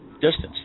distance